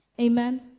amen